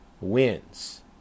wins